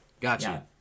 Gotcha